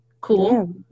cool